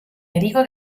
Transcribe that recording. enrico